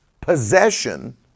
possession